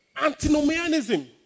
antinomianism